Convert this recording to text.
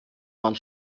waren